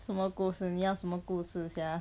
什么故事你要什么故事 sia